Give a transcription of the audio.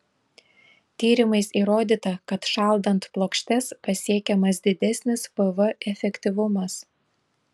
tyrimais įrodyta kad šaldant plokštes pasiekiamas didesnis pv efektyvumas